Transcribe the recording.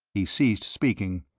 he ceased speaking,